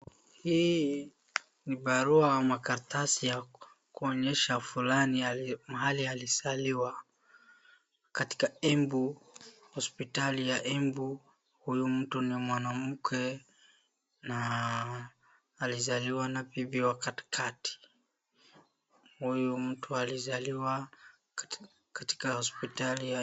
Hii ni barua ama karatasi ya kuonyesha fulani mahali alizaliwa, katika Embu, hospitali ya Embu, huyu mtu ni mwanamke na alizaliwa na bibi wa katikati, huyu mtu alizaliwa katika hospitali ya Embu.